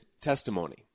testimony